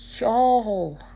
Yo